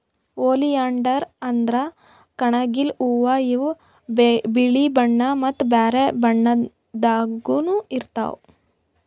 oleander ಅಂದ್ರ ಕಣಗಿಲ್ ಹೂವಾ ಇವ್ ಬಿಳಿ ಬಣ್ಣಾ ಮತ್ತ್ ಬ್ಯಾರೆ ಬಣ್ಣದಾಗನೂ ಇರ್ತವ್